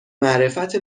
معرفت